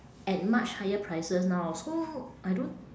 at much higher prices now so I don't